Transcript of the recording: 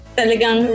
talagang